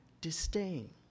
disdain